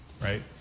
right